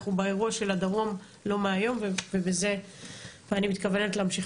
שאנחנו באירוע של הדרום לא מהיום ובזה אני מתכוונת להמשיך